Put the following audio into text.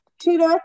Tina